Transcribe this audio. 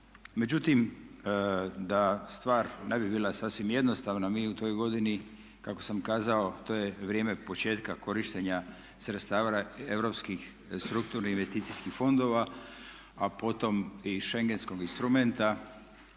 Međutim, da stvar ne bi bila sasvim jednostavna mi u toj godini kako sam kazao to je vrijeme početka korištenja sredstava europskih strukturnih investicijskih fondova a potom i schengenskog instrumenta